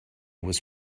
was